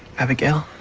abigail.